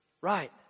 Right